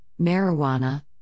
marijuana